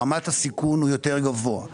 רמת הסיכון היא יותר גבוהה.